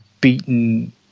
beaten